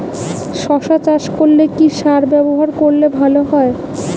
শশা চাষ করলে কি সার ব্যবহার করলে ভালো হয়?